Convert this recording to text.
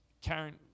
Karen